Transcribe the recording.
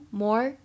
more